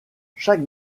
chaque